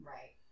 Right